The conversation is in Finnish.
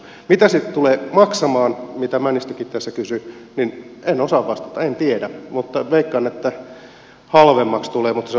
mitä se tulee maksamaan mitä männistökin tässä kysyi niin siihen en osaa vastata en tiedä mutta veikkaan että halvemmaksi tulee